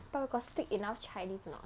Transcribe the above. but we got speak enough chinese or not